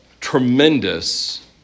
tremendous